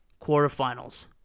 quarterfinals